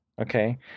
Okay